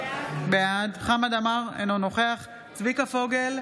בעד חמד עמאר, אינו נוכח צביקה פוגל,